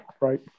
Right